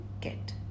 get